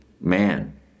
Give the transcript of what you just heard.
man